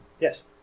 Yes